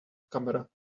camera